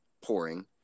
pouring